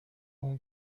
اون